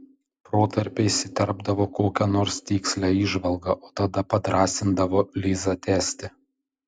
protarpiais įterpdavo kokią nors tikslią įžvalgą o tada padrąsindavo lizą tęsti